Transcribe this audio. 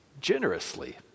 generously